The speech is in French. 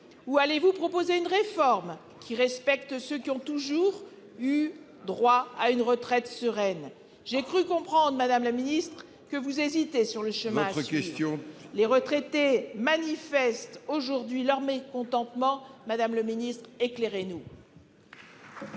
Ou allez-vous proposer une réforme qui respecte ceux qui ont toujours eu droit à une retraite sereine ? J'ai cru comprendre que vous hésitiez sur le chemin à suivre. Votre question ! Les retraités manifestent aujourd'hui leur mécontentement. Madame la ministre, éclairez-nous